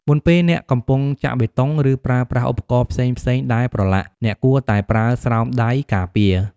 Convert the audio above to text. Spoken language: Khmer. មុនពេលអ្នកកំពុងចាក់បេតុង ឬប្រើប្រាស់ឧបករណ៍ផ្សេងៗដែលប្រឡាក់ អ្នកគួរតែប្រើស្រោមដៃការពារ។